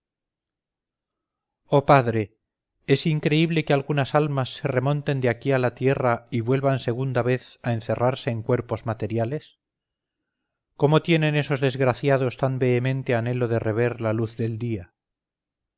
oh padre es creíble que algunas almas se remonten de aquí a la tierra y vuelvan segunda vez a encerrarse en cuerpos materiales cómo tienen esos desgraciados tan vehemente anhelo de rever la luz del día